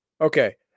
okay